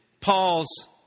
Paul's